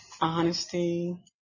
honesty